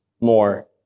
more